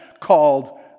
called